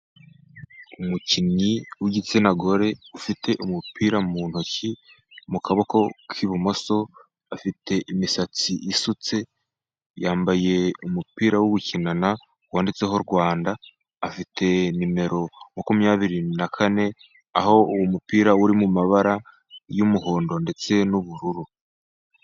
Umukinnyi w'igitsina gore ufite umupira mu ntoki , mu kaboko k'ibumoso , afite imisatsi isutse yambaye umupira wo gukinana wanditseho Rwanda, afite nimero makumyabiri na kane, aho uwo mupira uri mumabara y'umuhondo ndetse n'ubururu.